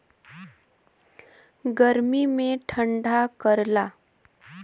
गर्मी मे ठंडा करला